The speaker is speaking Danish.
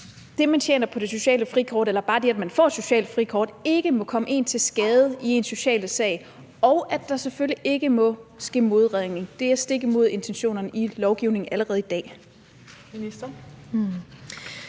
det, man tjener på det sociale frikort, eller bare det, at man får et socialt frikort, ikke må komme en til skade i ens sociale sag, og at der selvfølgelig ikke må ske modregning, for det er stik imod intentionerne i lovgivningen allerede i dag.